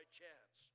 chance